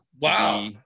Wow